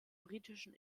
britischen